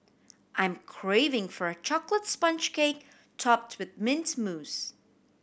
I'm craving for a chocolate sponge cake topped with mint mousse